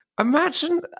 Imagine